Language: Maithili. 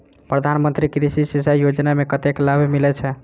प्रधान मंत्री कृषि सिंचाई योजना मे कतेक लाभ मिलय छै?